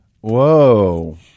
Whoa